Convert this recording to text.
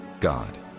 God